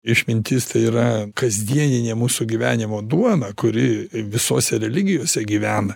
išmintis tai yra kasdieninė mūsų gyvenimo duona kuri visose religijose gyvena